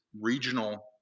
regional